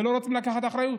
ולא רצו לקחת אחריות,